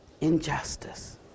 injustice